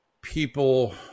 people